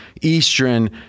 Eastern